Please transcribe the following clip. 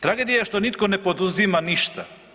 Tragedija je što nitko ne poduzima ništa.